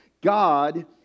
God